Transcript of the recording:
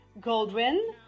Goldwyn